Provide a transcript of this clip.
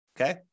okay